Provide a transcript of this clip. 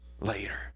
later